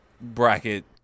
bracket